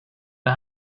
det